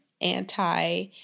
anti